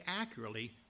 accurately